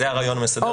זה הרעיון המסדר.